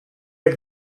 jak